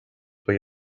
for